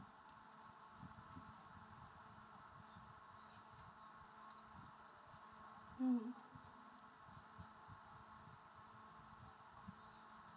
mm